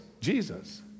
Jesus